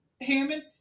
hammond